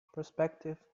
prospective